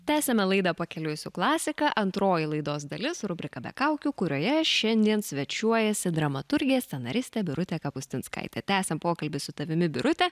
tęsiame laidą pakeliui su klasika antroji laidos dalis rubrika be kaukių kurioje šiandien svečiuojasi dramaturgė scenaristė birutė kapustinskaitė tęsiam pokalbį su tavimi birute